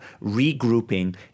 regrouping